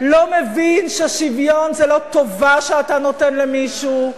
לא מבין ששוויון זה לא טובה שאתה נותן למישהו,